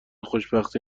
خوشبختی